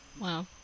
Wow